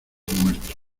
muertos